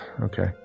Okay